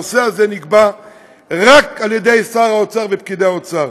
הנושא זה נקבע רק על ידי שר האוצר ופקידי האוצר,